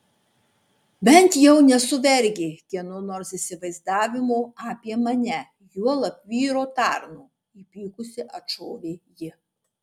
bent jau nesu vergė kieno nors įsivaizdavimo apie mane juolab vyro tarno įpykusi atšovė ji